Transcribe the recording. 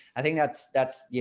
i think that's that's, you